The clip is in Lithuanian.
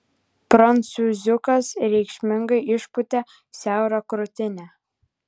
prancūziukas reikšmingai išpūtė siaurą krūtinę